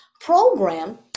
Program